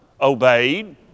obeyed